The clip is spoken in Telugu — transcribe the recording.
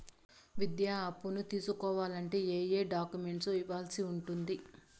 విద్యా అప్పును తీసుకోవాలంటే ఏ ఏ డాక్యుమెంట్లు ఇవ్వాల్సి ఉంటుంది